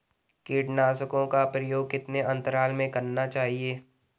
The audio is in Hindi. कीटनाशकों का प्रयोग कितने अंतराल में करना चाहिए?